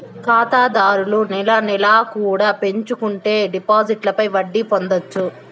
ఖాతాదారులు నెల నెలా కూడా ఎంచుకుంటే డిపాజిట్లపై వడ్డీ పొందొచ్చు